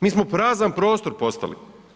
Mi smo prazan prostor postali.